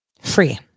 free